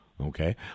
okay